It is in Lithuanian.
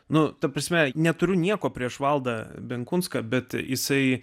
nu ta prasme neturiu nieko prieš valdą benkunską bet jisai